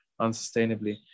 unsustainably